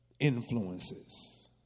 influences